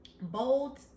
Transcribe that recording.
Bold